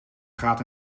gaat